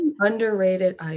underrated